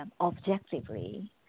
objectively